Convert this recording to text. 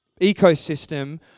ecosystem